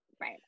Right